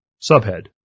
Subhead